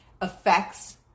affects